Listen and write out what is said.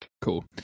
Cool